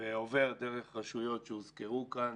ועובר דרך רשויות שהוזכרו כאן,